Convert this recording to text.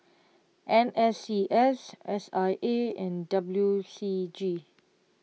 N S C S S I A and W C G